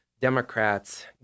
Democrats